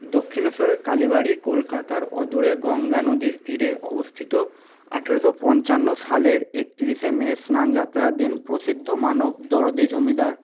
দক্ষিণেশ্বরের কালীবাড়ি কলকাতার অদূরে গঙ্গানদীর তীরে অবস্থিত আঠেরোশো পঞ্চান্ন সালের একতিরিশে মে স্নানযাত্রার দিন প্রসিদ্ধ মানবদরদি জমিদার